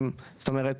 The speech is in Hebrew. זאת אומרת,